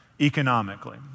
economically